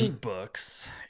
Books